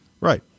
Right